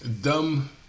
dumb